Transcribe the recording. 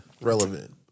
Relevant